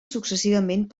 successivament